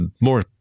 more